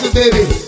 baby